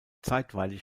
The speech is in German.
zeitweilig